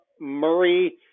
Murray